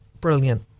brilliant